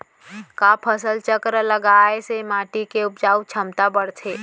का फसल चक्र लगाय से माटी के उपजाऊ क्षमता बढ़थे?